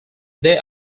they